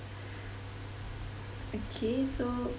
okay so